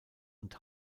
und